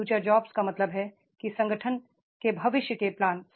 future jobs का मतलब है कि संगठन के भविष्य के प्लान